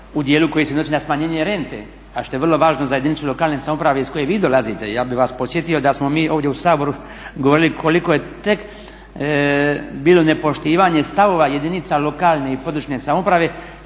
u dijelu koji se odnosi na smanjenje rente a što je vrlo važno za jedinicu lokalne samouprave iz koje vi dolazite. Ja bih vas podsjetio da smo mi ovdje u Saboru govorili koliko je tek bilo nepoštivanje stavova jedinica lokalne i područne samouprave